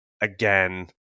again